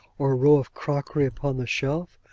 or row of crockery upon the shelf,